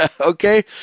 Okay